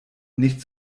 nicht